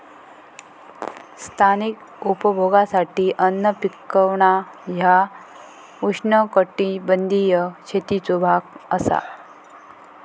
स्थानिक उपभोगासाठी अन्न पिकवणा ह्या उष्णकटिबंधीय शेतीचो भाग असा